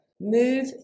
Move